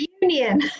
reunion